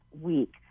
week